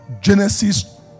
Genesis